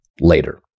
later